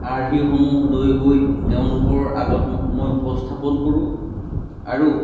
আৰ্হিসমূহ লৈ গৈ তেওঁলোকৰ আগত ম মই উপস্থাপন কৰোঁ আৰু